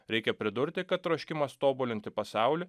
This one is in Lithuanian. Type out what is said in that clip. reikia pridurti kad troškimas tobulinti pasaulį